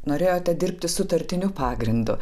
norėjote dirbti sutartiniu pagrindu